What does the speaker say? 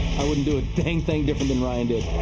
i wouldn't do a dang thing different than ryan did.